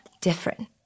different